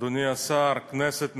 אדוני השר, כנסת נכבדה,